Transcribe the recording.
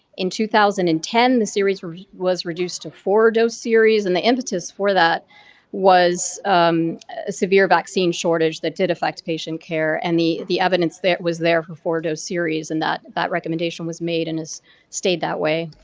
in two thousand and ten, the series was reduced to four-dose series and the impetus for that was a severe vaccine shortage that did affect patient care and the the evidence that was there for four-dose series and that that recommendation was made and has stayed that way.